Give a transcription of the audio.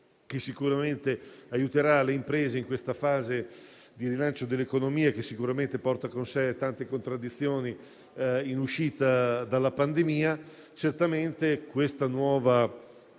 che sicuramente aiuterà le imprese in questa fase di rilancio dell'economia e che sicuramente porta con sé tante contraddizioni in uscita dalla pandemia. Certamente, la nuova